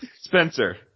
Spencer